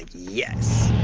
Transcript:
yes.